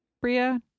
Bria